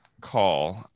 call